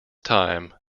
time